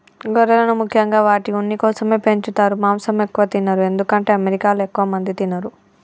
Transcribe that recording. గొర్రెలను ముఖ్యంగా వాటి ఉన్ని కోసమే పెంచుతారు మాంసం ఎక్కువ తినరు ఎందుకంటే అమెరికాలో ఎక్కువ మంది తినరు